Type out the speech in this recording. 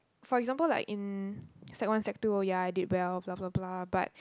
for example like in sec one sec two ya I did well blah blah blah but